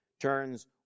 turns